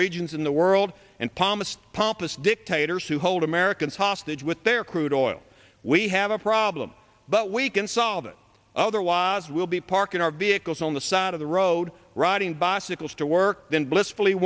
regions in the world and thomas pompous dictators who hold americans hostage with their crude oil we have a problem but we can solve it otherwise we'll be parking our vehicles on the side of the road riding bicycles to work then blissfully